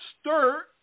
stir